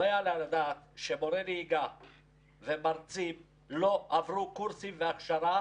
לא יעלה על הדעת שמורה לנהיגה ומרצים לא עברו קורסים והכשרה